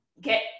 Get